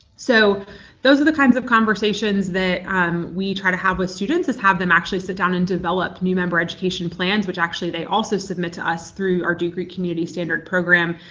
so those are the kinds of conversations that um we try to have with students is have them actually sit down and develop new member education plans, which actually they also submit to us through our duke greek community standard program,